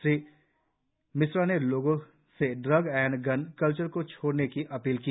श्री मिश्रा ने लोगों से ड्रग एण्ड गन कल्चर को छोड़ने की अपील की